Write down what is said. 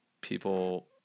people